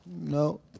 No